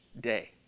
day